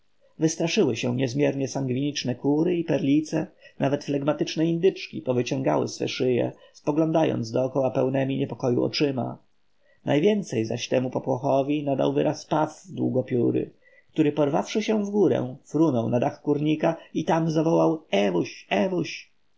wystraszyły się niezmiernie sangwiniczne kury i perlice nawet flegmatyczne indyczki powyciągały swe szyje spoglądając dokoła pełnemi niepokoju oczyma najwięcej zaś temu popłochowi nadał wyrazu paw długopióry który porwawszy się w górę frunął na dach kurnika i tam zawołał